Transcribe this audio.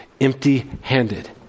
empty-handed